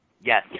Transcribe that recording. Yes